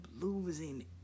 losing